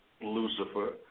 Lucifer